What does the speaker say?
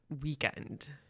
weekend